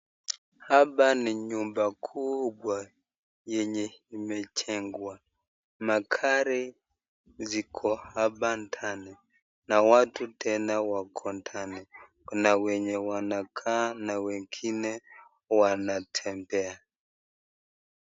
Hapa ni nyumba kubwa yenye imejengwa. Magari ziko hapa ndani na watu tena wako ndani. Kuna wenye wanakaa na wengine wanatembea.